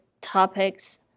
topics